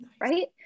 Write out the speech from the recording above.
Right